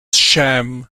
sham